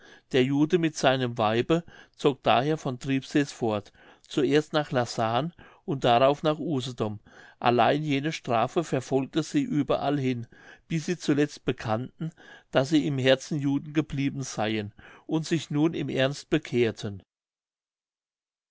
der jude mit seinem weibe zog daher von triebsees fort zuerst nach lassahn und darauf nach usedom allein jene strafe verfolgte sie überall hin bis sie zuletzt bekannten daß sie im herzen juden geblieben seyen und sich nun im ernst bekehrten